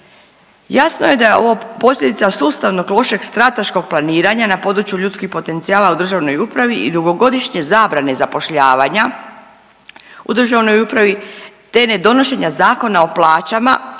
Jasno je da je ovo posljedica sustavnog lošeg strateškog planiranja na području ljudskih potencijala u državnoj upravi i dugogodišnje zabrane zapošljavanja u državnoj upravi te ne donošenja Zakona o plaćama